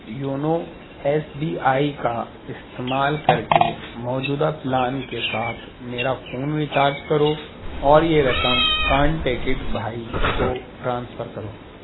YONO S B I کا استعمال کر کے موجودہ پلان کے ساتھ میرا فون ری چارج کرو اور یہ رقم کانٹیکٹ بھائی کو ٹرانسفر کرو